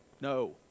No